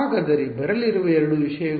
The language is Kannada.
ಹಾಗಾದರೆ ಬರಲಿರುವ ಎರಡು ವಿಷಯಗಳು ಯಾವುವು